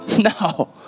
No